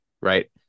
right